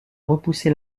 repoussé